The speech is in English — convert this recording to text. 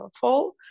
fall